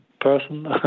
person